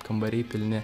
kambariai pilni